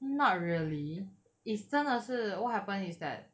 not really is 真的是 what happened is that